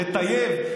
לטייב,